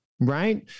right